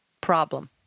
problem